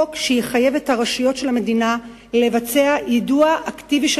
חוק שיחייב את רשויות המדינה לבצע יידוע אקטיבי של